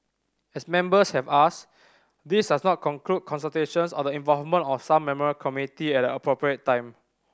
as members have asked this does not conclude consultations or the involvement of some memorial committee at an appropriate time